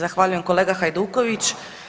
Zahvaljujem kolega Hajduković.